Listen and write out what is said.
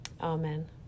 Amen